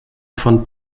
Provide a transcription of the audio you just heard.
von